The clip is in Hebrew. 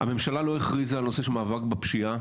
הממשלה לא הכריזה על הנושא של מאבק בפשיעה